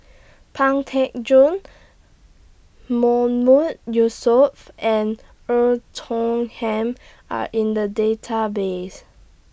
Pang Teck Joon mood Yusof and Tong Ham Are in The Database